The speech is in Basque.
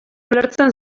ulertzen